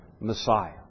Messiah